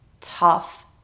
Tough